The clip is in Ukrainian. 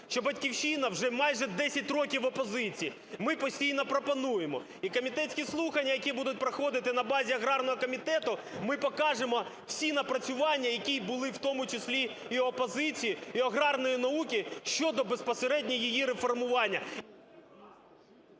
що "Батьківщина" вже майже 10 років в опозиції, ми постійно пропонуємо. І комітетські слухання, які будуть проходити на базі аграрного комітету, ми покажемо всі напрацювання, які були і в тому числі в опозиції, і аграрної науки щодо безпосереднього її реформування.